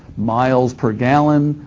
miles per gallon,